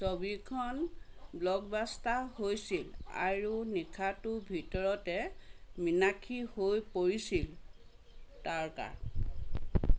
ছবিখন ব্লকবাষ্টাৰ হৈছিল আৰু নিশাটোৰ ভিতৰতে মীনাক্ষী হৈ পৰিছিল তাৰকা